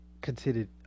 considered